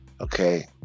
Okay